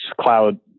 cloud